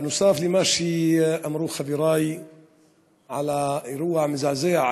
נוסף למה שאמרו חברי על האירוע המזעזע,